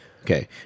Okay